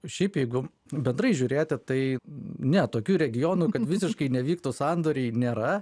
šiaip jeigu bendrai žiūrėti tai ne tokių regionų kad visiškai nevyktų sandoriai nėra